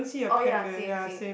oh ya same same